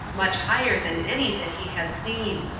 much higher than any that he had seen.